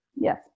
Yes